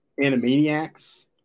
Animaniacs